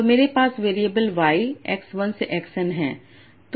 तो मेरे पास वेरिएबल y x 1 से x n है